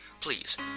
Please